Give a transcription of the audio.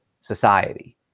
society